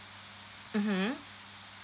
mmhmm